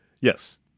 Yes